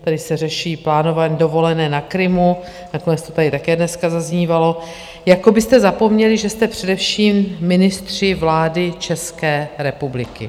Tady se řeší plánování dovolené na Krymu, nakonec to tady také dneska zaznívalo, jako byste zapomněli, že jste především ministři vlády České republiky.